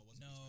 No